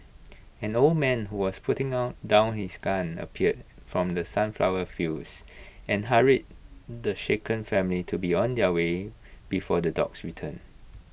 an old man who was putting on down his gun appeared from the sunflower fields and hurried the shaken family to be on their way before the dogs return